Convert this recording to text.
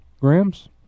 Grams